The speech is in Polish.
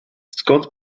skąd